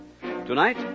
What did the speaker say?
Tonight